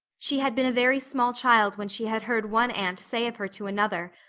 she had been a very small child when she had heard one aunt say of her to another,